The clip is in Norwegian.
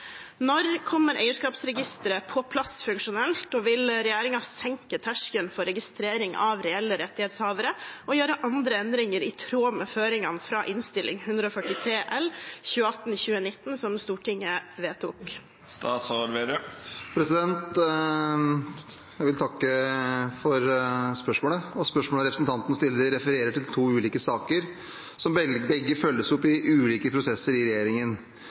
Når kommer eierskapsregisteret på plass, og vil regjeringen senke terskelen for registrering av reelle rettighetshavere og gjøre andre endringer i tråd med føringene fra Innst. 143 L Jeg vil takke for spørsmålet. Spørsmålet representanten stiller, refererer til to ulike saker, som begge følges opp i ulike prosesser i regjeringen.